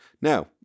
Now